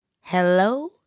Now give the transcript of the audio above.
Hello